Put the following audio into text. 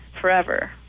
forever